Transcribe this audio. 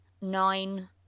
nine